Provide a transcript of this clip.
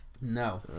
No